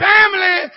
Family